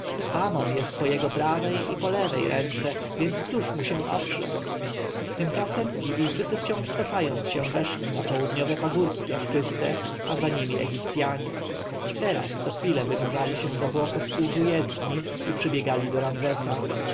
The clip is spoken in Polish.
egiptu amon jest po jego prawej i po lewej ręce więc któż mu się oprze tymczasem libijczycy wciąż cofając się weszli na południowe pagórki piaszczyste a za nimi egipcjanie teraz co chwilę wynurzali się z obłoków kurzu jezdni i przybiegali do ramzesa